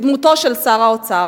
בדמותו של שר האוצר.